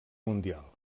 mundial